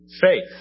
faith